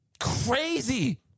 crazy